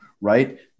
right